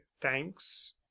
thanks